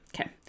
okay